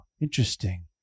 Interesting